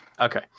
Okay